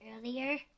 earlier